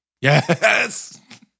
Yes